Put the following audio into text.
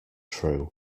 true